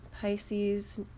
Pisces